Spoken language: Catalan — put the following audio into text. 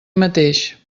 mateix